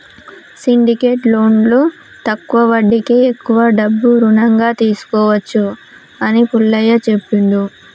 syndicate లోన్లో తక్కువ వడ్డీకే ఎక్కువ డబ్బు రుణంగా తీసుకోవచ్చు అని పుల్లయ్య చెప్పిండు